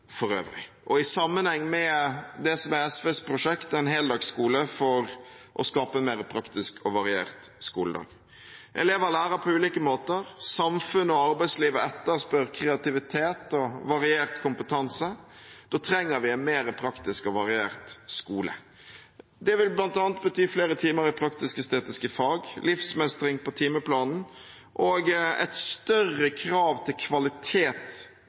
øvrig, og i sammenheng med det som er SVs prosjekt: en heldagsskole for å skape en mer praktisk og variert skoledag. Elever lærer på ulike måter. Samfunn og arbeidsliv etterspør kreativitet og variert kompetanse. Da trenger vi en mer praktisk og variert skole. Det vil bl.a. bety flere timer i praktisk-estetiske fag, livsmestring på timeplanen og et større krav til kvalitet